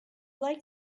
like